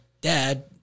dad